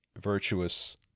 virtuous